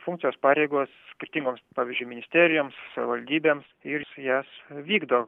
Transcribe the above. funkcijos pareigos skirtingoms pavyzdžiui ministerijoms savivaldybėms ir jas vykdo